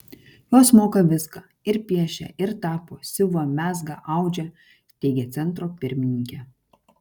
jos moka viską ir piešia ir tapo siuva mezga audžia teigė centro pirmininkė